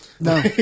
no